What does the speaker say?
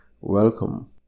Welcome